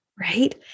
right